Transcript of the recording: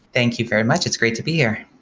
thank you very much. it's great to be here.